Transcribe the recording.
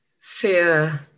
fear